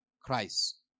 Christ